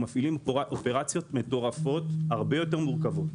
במסעדות אנחנו מפעילים אופרציות מטורפות הרבה יותר מורכבות.